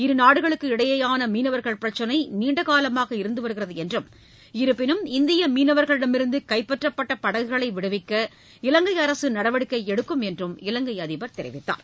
இருநாடுகளுக்கு இடையேயான மீனவர்கள் பிரச்சினை நீண்டகாலமாக இருந்து வருகிறது என்றும் இருப்பினும் இந்திய மீனவர்களிடமிருந்து கைப்பற்றப்பட்ட படகுகளை விடுவிக்க இலங்கை அரசு நடவடிக்கை எடுக்கும் என்று இலங்கை அதிபர் தெரிவித்தார்